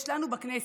יש לנו בכנסת,